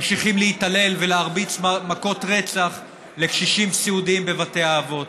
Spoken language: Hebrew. ממשיכים להתעלל ולהרביץ מכות רצח לקשישים סיעודיים בבתי האבות,